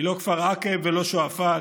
היא לא כפר עקב ולא שועפאט.